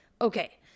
okay